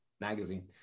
magazine